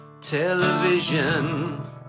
television